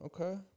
Okay